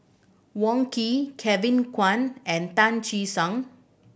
Wong Keen Kevin Kwan and Tan Che Sang